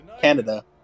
Canada